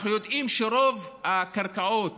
אנחנו יודעים שרוב הקרקעות